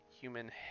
human